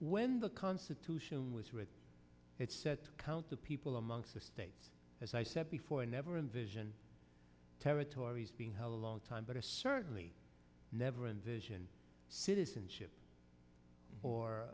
when the constitution was written it said count the people amongst the states as i said before i never envisioned territories being how long time but i certainly never envision citizenship or